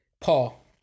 Paul